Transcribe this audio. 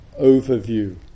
overview